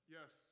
Yes